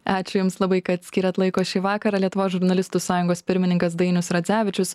ačiū jums labai kad skyrėt laiko šį vakarą lietuvos žurnalistų sąjungos pirmininkas dainius radzevičius